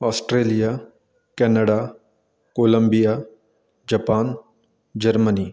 Australia Canada Columbia Japan Germany